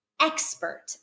expert